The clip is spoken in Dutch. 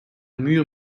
muur